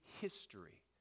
history